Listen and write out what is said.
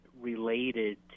related